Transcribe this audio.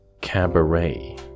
cabaret